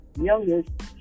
youngest